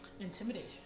Intimidation